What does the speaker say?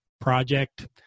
project